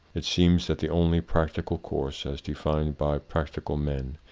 it seems that the only practical course, as defined by practical men,